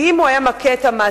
כי אם הוא היה מכה את המעסיק,